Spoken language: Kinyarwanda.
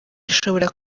ishobora